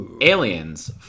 Aliens